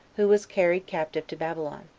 who was carried captive to babylon.